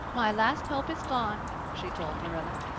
my last hope is gone, she told marilla.